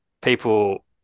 people